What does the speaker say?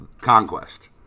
Conquest